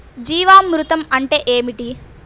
జీవామృతం అంటే ఏమిటి?